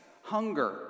hunger